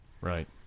right